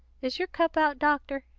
is your cup out, doctor?